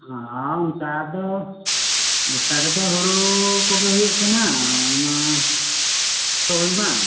ᱦᱮᱸ ᱚᱱᱠᱟ ᱫᱚ ᱱᱮᱛᱟᱨ ᱫᱚ ᱦᱳᱲᱳ ᱠᱚᱜᱮ ᱦᱩᱭᱩᱜ ᱠᱟᱱᱟ ᱚᱱᱟ ᱦᱩᱭ ᱢᱟ